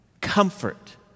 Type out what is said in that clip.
comfort